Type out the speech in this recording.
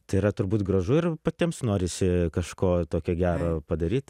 tai yra turbūt gražu ir patiems norisi kažko tokio gero padaryt